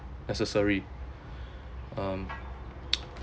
necessary um